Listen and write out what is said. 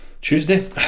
Tuesday